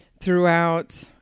throughout